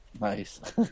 nice